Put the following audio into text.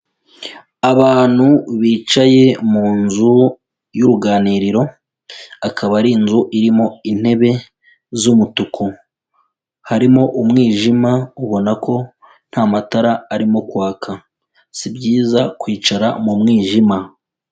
Abantu bicaye mu nzu y'uruganiriro, akaba ari inzu irimo intebe z'umutuku, harimo umwijima ubona ko nta matara arimo kwaka, si byiza kwicara mu mwijima.